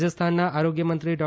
રાજસ્થાનના આરોગ્ય મંત્રી ડૉ